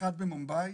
ינחת במומבאי